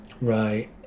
Right